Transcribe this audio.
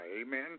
amen